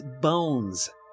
bones